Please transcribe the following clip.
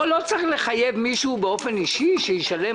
אבל לא צריך לחייב מישהו באופן אישי שישלם?